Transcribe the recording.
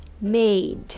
made